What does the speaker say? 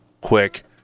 quick